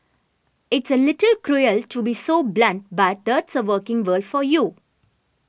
it's a little cruel to be so blunt but that's the working world for you